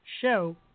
show